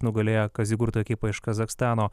nugalėjo kazigurto ekipą iš kazachstano